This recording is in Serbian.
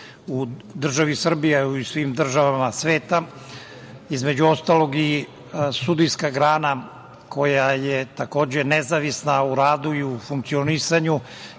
u državi Srbiji, a i u svim državama sveta, između ostalog i sudijska grana koja je takođe nezavisna u radu i u funkcionisanju,